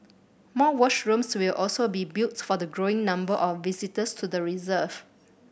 more washrooms will also be built for the growing number of visitors to the reserve